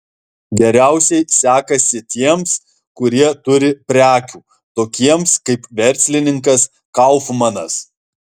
geriausiai sekasi tiems kurie turi prekių tokiems kaip verslininkas kaufmanas